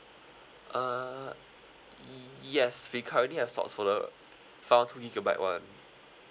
uh yes we currently have stocks for the five one two gigabyte [one]